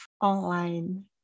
online